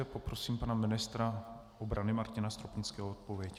Poprosím pana ministra obrany Martina Stropnického o odpověď.